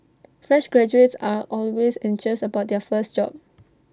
fresh graduates are always anxious about their first job